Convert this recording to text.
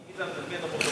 שי ניצן?